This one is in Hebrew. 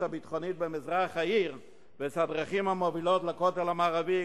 הביטחונית במזרח העיר ובדרכים המובילות לכותל המערבי,